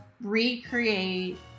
recreate